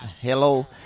Hello